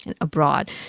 abroad